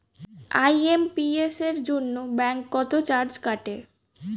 IMPS এর জন্য bank কত চার্জ কাটে?